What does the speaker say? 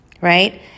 right